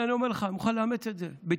והינה אני אומר לך, אני מוכן לאמץ את זה בתנאי,